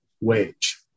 wage